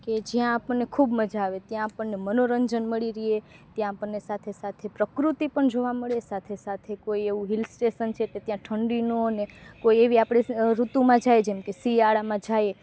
કે જ્યાં આપણને ખૂબ મજા આવે ત્યાં આપણને મનોરંજન મળી રહે ત્યાં આપણને સાથે સાથે પ્રકૃતિ પણ જોવા મળે સાથે સાથે કોઈ એવું હિલ સ્ટેસન છે તે ત્યાં ઠંડીનો ને કોઈ એવી આપણે ઋતુમાં જઈએ જેમ કે શિયાળામાં જઈએ